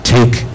Take